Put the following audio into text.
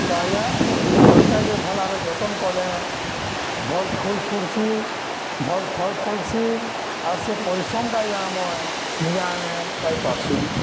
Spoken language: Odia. ତ ଆଜ୍ଞା ବଗିଚାକେ ଭଲ୍ ଭାବେ ଯତନ୍ କଲେ ଭଲ୍ ଫୁଲ୍ ଫୁଟ୍ସି ଭଲ ଫଲ୍ ଫଳ୍ସି ଆର୍ ସେ ପରିଶ୍ରମଟା ଆଜ୍ଞା ଆମେ ନିଜେ ଆମେ ପାଇପାରସୁଁ